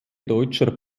deutscher